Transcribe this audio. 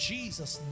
Jesus